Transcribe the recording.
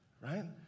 right